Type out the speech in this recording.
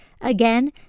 again